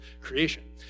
creation